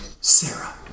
Sarah